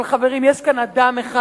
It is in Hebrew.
אבל, חברים, יש כאן אדם אחד,